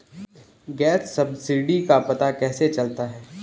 Gas subsidy का पता कैसे चलता है?